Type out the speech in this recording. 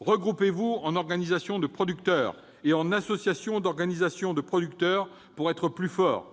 Regroupez-vous en organisations de producteurs et en associations d'organisations de producteurs pour être plus forts.